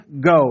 go